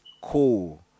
cool